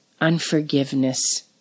unforgiveness